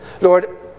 Lord